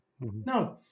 No